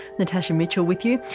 natasha mitchell with you.